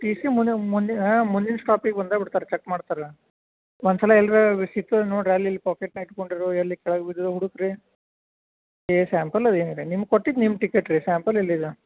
T C ಮುಂದೆ ಮುಂದೆ ಹಾಂ ಮುಂದಿನ ಸ್ಟಾಪಿಗೆ ಬಂದು ಬಿಡ್ತಾರೆ ಚಕ್ ಮಾಡ್ತಾರೆ ಒಂದ್ಸಲ ಎಲ್ರಾ ಸಿಗ್ತದ ನೋಡ್ರಿ ಅಲ್ಲಿ ಇಲ್ಲಿ ಪಾಕೇಟ್ನಾಗ ಇಟ್ಕೊಂಡಿರೋ ಎಲ್ಲಿ ಕೆಳಗೆ ಬಿದ್ದೊ ಹುಡುಕು ರೀ ಎ ಸ್ಯಾಂಪಲ್ ಅದು ಏನಿಲ್ಲ ನಿಮ್ಗೆ ಕೊಟ್ಟಿದ್ದು ನಿಮ್ಮ ಟಿಕೆಟ್ ರೀ ಸ್ಯಾಂಪಲ್ ಇಲ್ಲಿಲ್ಲ